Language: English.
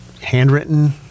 handwritten